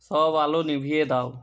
সব আলো নিভিয়ে দাও